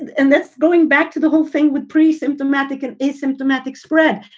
and that's going back to the whole thing with pre symptomatic and asymptomatic spread,